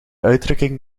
uitdrukking